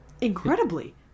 incredibly